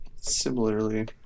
Similarly